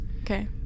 okay